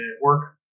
work